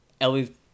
Ellie